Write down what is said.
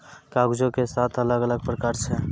कागजो के सात अलग अलग प्रकार छै